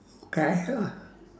okay uh